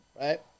Right